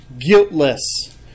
guiltless